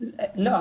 אני